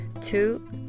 Two